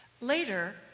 Later